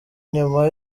nyuma